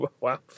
Wow